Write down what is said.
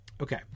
Okay